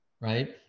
right